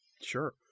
sure